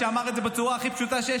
שאמר את זה בצורה הכי פשוטה שיש,